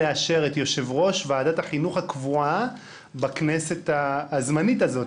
לאשר את יושב-ראש ועדת החינוך הקבועה בכנסת הזמנית הזאת.